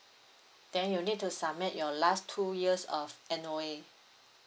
then you'll need to submit your last two years of N_O_A